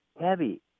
heavy